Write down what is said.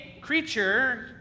creature